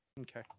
Okay